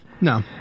No